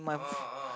my